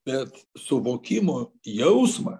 bet suvokimo jausmą